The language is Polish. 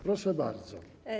Proszę bardzo.